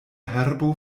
herbo